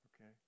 okay